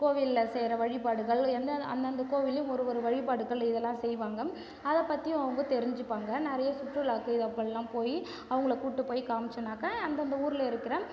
கோவிலில் செய்யற வழிபாடுகள் எந்தந்த அந்தந்த கோவில்ளையும் ஒரு ஒரு வழிபாடுகள் இதெல்லாம் செய்வாங்க அதை பற்றியும் அவங்க தெரிஞ்சிப்பாங்க நிறைய சுற்றுலாக்கு இது அப்படில்லாம் போய் அவங்களை கூப்பிட்டு போய் காமிச்சோம்னாக்கா அந்தந்த ஊரில் இருக்கிற